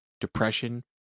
depression